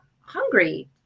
hungry